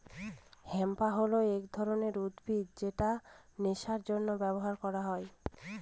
hemp হল এক ধরনের উদ্ভিদ যেটা নেশার জন্য ব্যবহার করা হয়